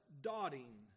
dotting